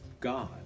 God